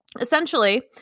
essentially